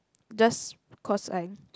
just cause I